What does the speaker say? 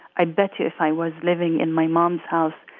i bet you, if i was living in my mom's house,